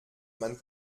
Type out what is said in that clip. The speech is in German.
man